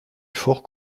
fort